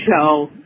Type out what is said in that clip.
show